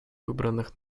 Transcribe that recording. выбранных